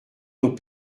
nos